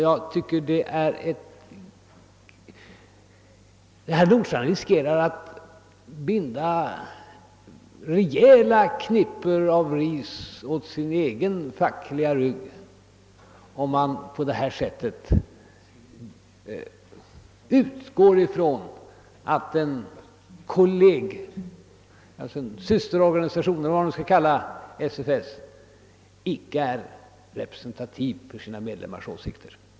Jag tycker att herr Nordstrandh riskerar att binda rejäla knippen av ris åt sin egen fackliga rygg, om han utgår från att denna systerorganisation — eller vad man skall kalla SFS — inte är representativ för sina medlemmars åsikter.